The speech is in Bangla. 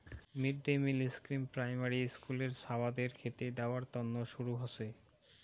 mid day meal scheme primary হিস্কুলের ছাওয়াদের খেতে দেয়ার তন্ন শুরু হসে